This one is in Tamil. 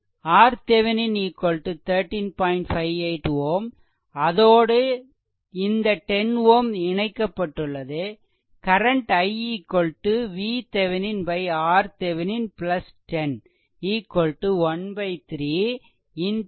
58 Ω அதோடு இந்த 10 Ω இணைக்கப்பட்டுள்ளது கரண்ட் I VThevenin RThevenin 10 13 13